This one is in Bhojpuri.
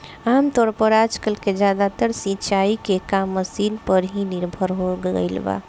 आमतौर पर आजकल के ज्यादातर सिंचाई के काम मशीन पर ही निर्भर हो गईल बा